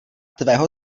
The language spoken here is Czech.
tvého